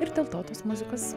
ir dėl to tos muzikos